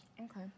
Okay